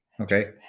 okay